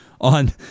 on